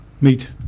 meet